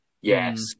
Yes